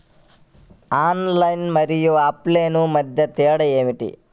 Online మరియు offline మధ్య తేడా ఏమిటీ?